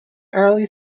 early